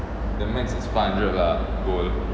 the max is five hundred lah the gold